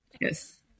Yes